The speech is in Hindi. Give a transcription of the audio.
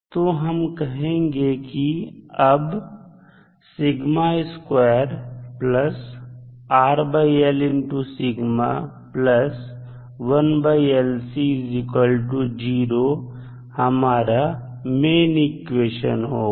तो हम कहेंगे कि अब हमारा मेन इक्वेशन होगा